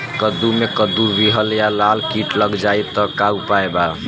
कद्दू मे कद्दू विहल या लाल कीट लग जाइ त का उपाय बा?